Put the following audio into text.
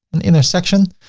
an inner section.